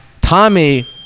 Tommy